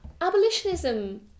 abolitionism